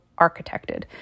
architected